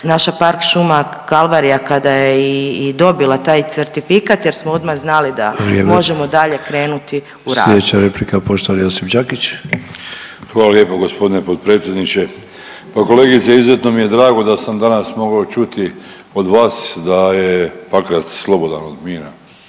naša Park šuma Kalvarija kada je i dobila taj certifikat jer smo odmah znali da …/Upadica: Vrijeme./… možemo dalje u rad. **Sanader, Ante (HDZ)** Slijedeća replika poštovani Josip Đakić. **Đakić, Josip (HDZ)** Hvala lijepo gospodine potpredsjedniče. Pa kolegice izuzetno mi je drago da sam danas mogao čuti od vas da je Pakrac slobodan od mina.